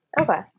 Okay